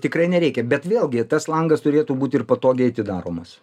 tikrai nereikia bet vėlgi tas langas turėtų būti ir patogiai atidaromas